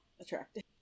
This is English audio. attractive